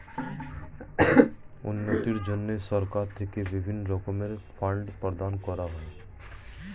উন্নতির জন্য সরকার থেকে বিভিন্ন রকমের ফান্ড প্রদান করা হয়